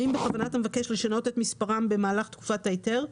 ואם בכוונת המבקש לשנות את מספרם במהלך תקופת ההיתר,